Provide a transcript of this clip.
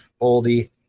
Boldy